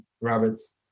rabbits